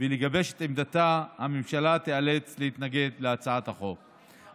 ולגבש את עמדתה, הממשלה תיאלץ להתנגד להצעת החוק.